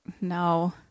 no